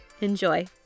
Enjoy